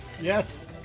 Yes